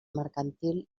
mercantil